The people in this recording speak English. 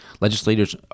Legislators